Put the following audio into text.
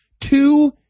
two